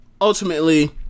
ultimately